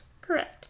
correct